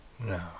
no